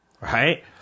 Right